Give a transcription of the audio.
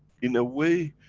in a way,